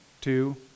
two